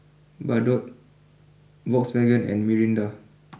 Bardot Volkswagen and Mirinda